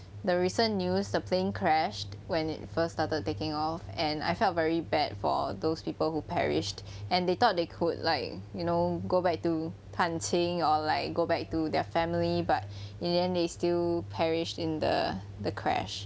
the recent news the plane crashed when it first started taking off and I felt very bad for those people who perished and they thought they could like you know go back to 探亲 or like go back to their family but in the end they still perished in the the crash